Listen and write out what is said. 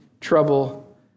trouble